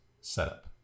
setup